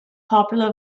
popular